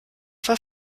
war